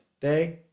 day